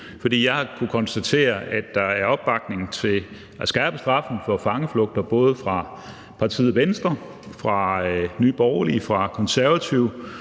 har kunnet konstatere, at der er opbakning til at skærpe straffen for fangeflugter, både fra partiet Venstre, fra Nye Borgerlige og fra Konservative